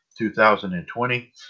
2020